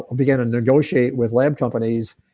began to negotiate with lab companies,